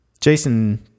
Jason